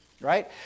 Right